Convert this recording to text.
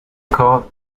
cold